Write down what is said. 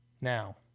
now